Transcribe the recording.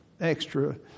extra